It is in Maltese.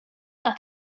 għat